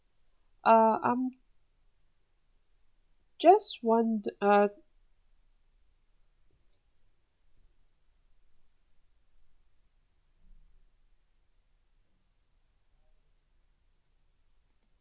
uh I'm just want~ uh